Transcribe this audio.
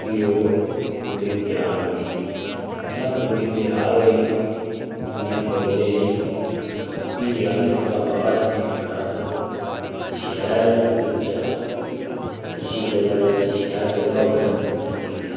भी ओह् परूली त्यार होंदी जियां परूली त्यार होई उआं पौधे ई भी ओह्दे कशा बाद च इक्क अस शैल गै बगीचा अच्छी जगह जेह्की शैल जगह होऐ उत्थें दिक्खने